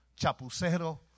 chapucero